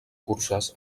curses